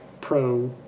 pro